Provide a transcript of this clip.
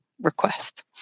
request